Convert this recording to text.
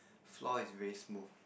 floor is very smooth